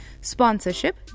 Sponsorship